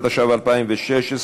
התשע"ו 2016,